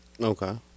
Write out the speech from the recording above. Okay